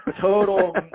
Total